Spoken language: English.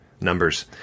Numbers